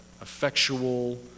effectual